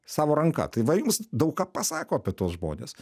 savo ranka tai va jums daug ką pasako apie tuos žmones